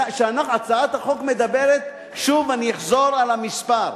הצעת החוק מדברת, שוב, אני אחזור על המספר.